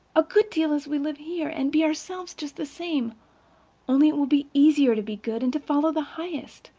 a good deal as we live here and be ourselves just the same only it will be easier to be good and to follow the highest.